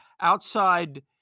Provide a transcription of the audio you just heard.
outside